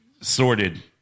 sorted